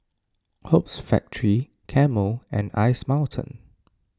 Hoops Factory Camel and Ice Mountain